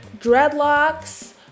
dreadlocks